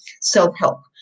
self-help